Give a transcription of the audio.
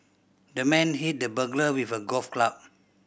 the man hit the burglar with a golf club